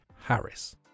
Harris